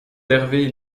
d’hervé